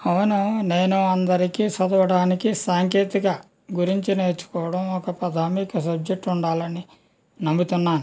అవును నేను అందరికి చదవడానికి సాంకేతికత గురించి నేర్చుకోవడం ఒక ప్రాధమిక సబ్జెక్టు ఉండాలని నమ్ముతున్నాను